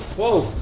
whoa!